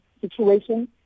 situation